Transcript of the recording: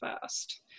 fast